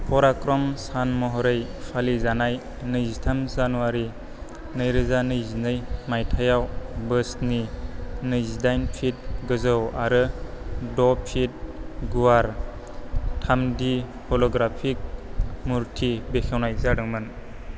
पराक्रम सान महरै फालि जानाय नैजिथाम जानुवारी नैरोजा नैजिनै मायथाइआव बोसनि नैजिदाइन फीट गोजौ आरो द' फीट गुवार थाम डी होलोग्राफिक मुर्टी बेखेवनाय जादोंमोन